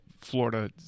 Florida –